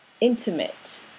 intimate